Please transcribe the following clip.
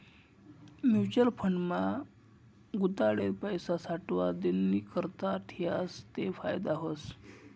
mutual fund मा गुताडेल पैसा सावठा दिननीकरता ठियात ते फायदा व्हस